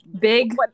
big